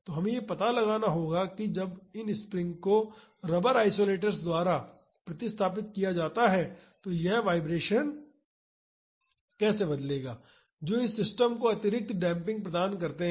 और हमें यह पता लगाना होगा कि जब इन स्प्रिंग्स को रबर आइसोलेटर्स द्वारा प्रतिस्थापित किया जाता है तो यह वाइब्रेशन कैसे बदलेगा जो इस सिस्टम को अतिरिक्त डेम्पिंग प्रदान करते हैं